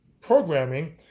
programming